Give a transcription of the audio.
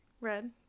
Red